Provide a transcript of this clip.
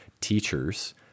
teachers